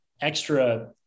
extra